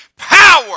Power